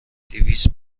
دویست